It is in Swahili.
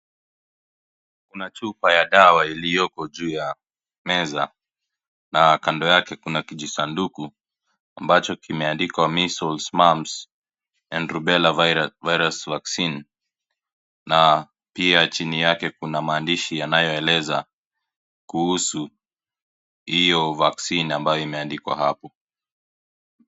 Kuna chupa ya dawa iliyopo juu ya meza, na kando yake kuna kijisanduku ambacho kimeandikwa measles, mamps, and rubella virus vaccine . Na pia chini yake kuna maandishi yanayoeleza kuhusu hiyo vaccine ambayo imeandikwa hapo.